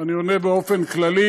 אני עונה באופן כללי,